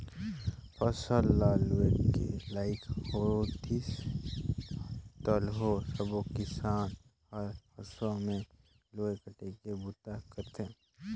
फसल ल लूए के लइक होतिस ताहाँले सबो किसान हर हंसुआ में लुवई कटई के बूता करथे